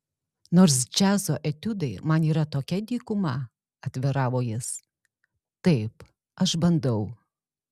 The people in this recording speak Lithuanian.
nors džiazo etiudai man yra tokia dykuma atviravo jis taip aš bandau